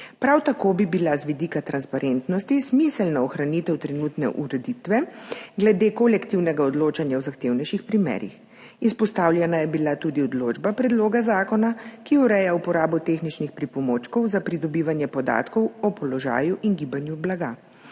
Prav tako bi bila z vidika transparentnosti smiselna ohranitev trenutne ureditve glede kolektivnega odločanja v zahtevnejših primerih. Izpostavljena je bila tudi določba predloga zakona, ki ureja uporabo tehničnih pripomočkov za pridobivanje podatkov o položaju in gibanju blaga,